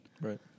Right